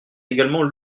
également